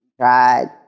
tried